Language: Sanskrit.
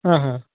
आ हा